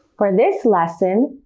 for this lesson,